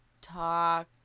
talk